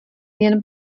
jen